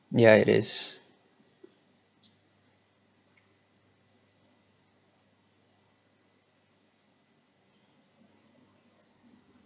yeah it is